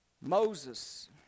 moses